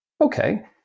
okay